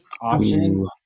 option